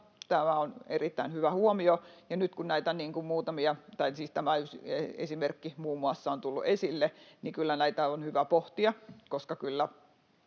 tämä on erittäin hyvä huomio, ja nyt kun tämä yksi esimerkki muun muassa on tullut esille, niin kyllä näitä on hyvä pohtia,